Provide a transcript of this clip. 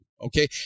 Okay